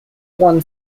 won